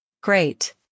Great